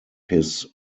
his